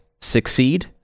succeed